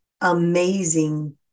amazing